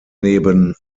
neben